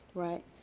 right.